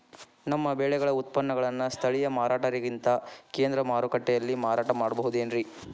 ನಮ್ಮ ಬೆಳೆಗಳ ಉತ್ಪನ್ನಗಳನ್ನ ಸ್ಥಳೇಯ ಮಾರಾಟಗಾರರಿಗಿಂತ ಕೇಂದ್ರ ಮಾರುಕಟ್ಟೆಯಲ್ಲಿ ಮಾರಾಟ ಮಾಡಬಹುದೇನ್ರಿ?